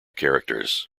characters